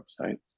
websites